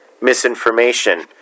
misinformation